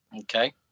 Okay